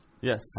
yes